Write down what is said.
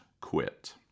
Quit